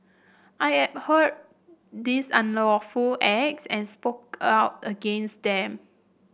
I abhorred these unlawful acts and spoke out against them